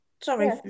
Sorry